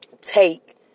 take